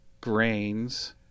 grains